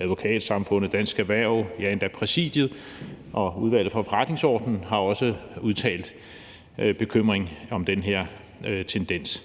Advokatsamfundet, Dansk Erhverv og, ja, endda Præsidiet og Udvalget for Forretningsordenen har også udtalt bekymring om den her tendens.